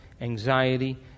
anxiety